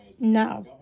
no